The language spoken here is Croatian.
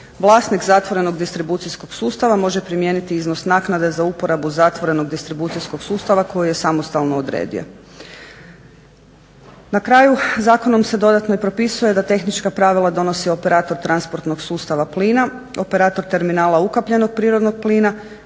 Vlasnik zatvorenog distribucijskog sustava može primijeniti iznos naknade za uporabu zatvorenog distribucijskog sustava koji je samostalno odredio. Na kraju zakonom se dodatno i propisuje da tehnička pravila donosi operator transportnog sustava plina, operator terminala ukapljenog prirodnog plina